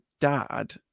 dad